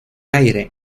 aire